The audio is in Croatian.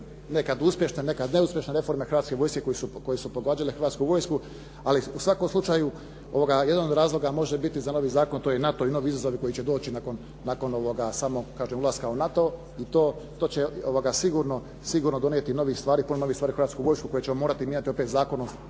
nekad uspješne, nekad neuspješne reforme Hrvatske vojske, koje su pogađale Hrvatsku vojsku, ali u svakom slučaju, jedan od razloga može biti za novi zakon, to je i NATO i novi izazovi koji će doći nakon ovoga, samo, kažem ulaska u NATO i to će sigurno, sigurno donijeti novih stvari, puno novih stvari u Hrvatsku vojsku kojim ćemo morati mijenjati opet Zakon